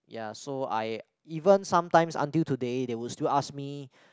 ya so I even sometimes until today they will still ask me